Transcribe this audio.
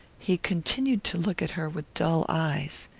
he continued to look at her with dull eyes.